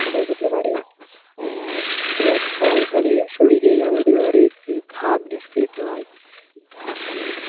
কমে যেতে পারে ব্যায়াম করার ফলে শরীরের আমাদের অনেক ঘাম নিঃসৃত হয় যার ফলে